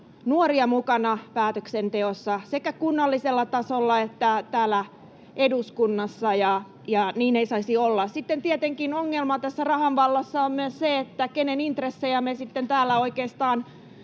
nuoria mukana päätöksenteossa sekä kunnallisella tasolla että täällä eduskunnassa, ja niin ei saisi olla. Sitten tietenkin ongelma tässä rahan vallassa on myös se, että kenen intressejä me sitten täällä oikeastaan